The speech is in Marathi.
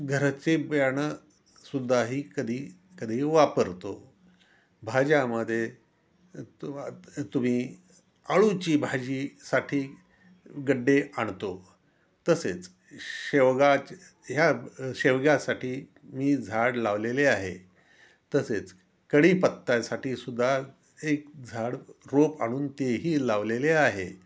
घराचे बियाणंसुद्धाही कधी कधी वापरतो भाज्यामध्ये तु तुम्ही आळूची भाजीसाठी गड्डे आणतो तसेच शेवगाच ह्या शेवग्यासाठी मी झाड लावलेले आहे तसेच कढीपत्तासाठी सुद्धा एक झाड रोप आणून तेही लावलेले आहे